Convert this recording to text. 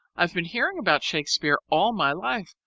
i've been hearing about shakespeare all my life,